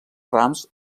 rams